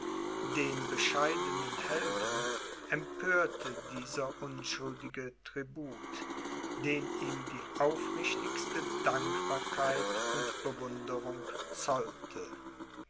den bescheidenen helden empörte dieser unschuldige tribut den ihm die aufrichtigste dankbarkeit und bewunderung zollte